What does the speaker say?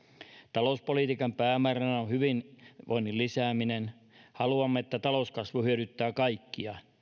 talouspolitiikan päämääränä on hyvinvoinnin lisääminen haluamme että talouskasvu hyödyttää kaikkia